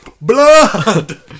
blood